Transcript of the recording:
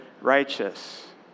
righteous